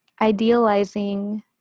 idealizing